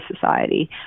society